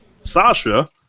Sasha